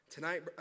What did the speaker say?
Tonight